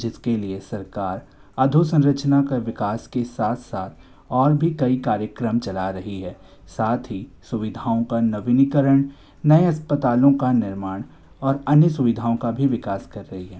जिसके लिए सरकार अधुसंरचना का विकास के साथ साथ और भी कई कार्यक्रम चला रही है साथ ही सुविधाओं का नवीनीकरण नए अस्पतालों का निर्माण और अन्य सुविधाओं का भी विकास कर रही है